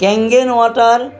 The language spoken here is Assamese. Kangen water